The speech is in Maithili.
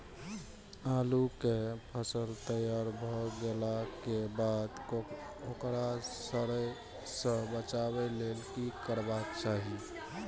आलू केय फसल तैयार भ गेला के बाद ओकरा सड़य सं बचावय लेल की करबाक चाहि?